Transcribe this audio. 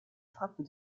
frappe